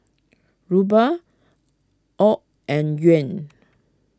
Ruble Aud and Yuan